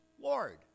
lord